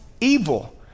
evil